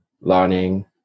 learning